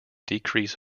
decrease